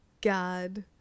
God